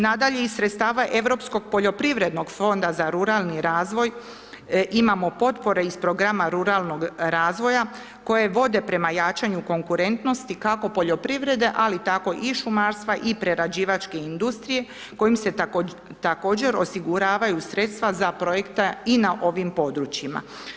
Nadalje iz sredstava europskog poljoprivrednog fonda za ruralni razvoj imamo potpore iz programa ruralnog razvoja, koje vode prema jačanju konkurentnosti, kako poljoprivrede, ali tako i šumarstva i prerađivačke industrije, kojim se također osiguravaju sredstva za projekte i na ovim područjima.